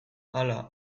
hala